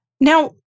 Now